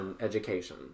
education